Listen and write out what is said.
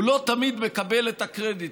הוא לא תמיד מקבל את הקרדיט,